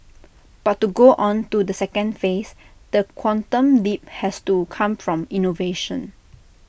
but to go on to the second phase the quantum leap has to come from innovation